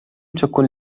تكن